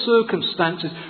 circumstances